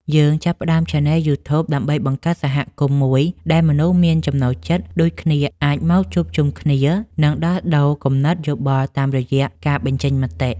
យើងចាប់ផ្តើមឆានែលយូធូប ដើម្បីបង្កើតសហគមន៍មួយដែលមនុស្សមានចំណូលចិត្តដូចគ្នាអាចមកជួបជុំគ្នា និងដោះដូរគំនិតយោបល់តាមរយៈការបញ្ចេញមតិ។